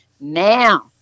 Now